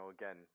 again